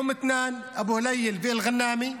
באום מתנאן, אבו אלאייל, אל-גנאמי,